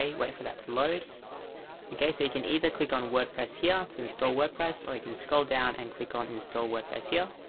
wait wait for that to load so you can either click on wordpress here to install wordpress or you can scroll down and click on install wordpress here